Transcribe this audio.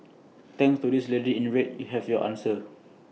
thanks to this lady in red you have your answer